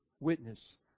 witness